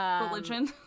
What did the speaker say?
Religion